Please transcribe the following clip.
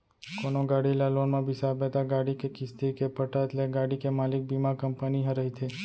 कोनो गाड़ी ल लोन म बिसाबे त गाड़ी के किस्ती के पटत ले गाड़ी के मालिक बीमा कंपनी ह रहिथे